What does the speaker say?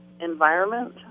environment